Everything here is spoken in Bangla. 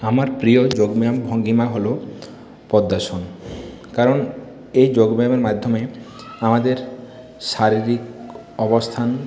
আমার প্রিয় যোগব্যায়াম ভঙ্গিমা হল পদ্মাসন কারণ এই যোগব্যায়ামের মাধ্যমে আমাদের শারীরিক অবস্থান